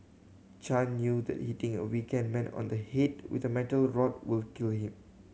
Chan knew that hitting a weakened man on the head with a metal rod would kill him